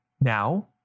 Now